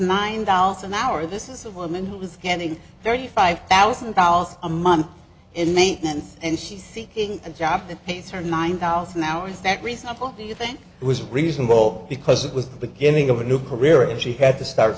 nine dollars an hour this is a woman who was getting thirty five thousand dollars a month in maintenance and she's seeking a job that pays her nine thousand hours that reason i think was reasonable because it was the beginning of a new career and she had to start